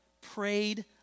prayed